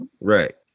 Right